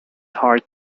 heart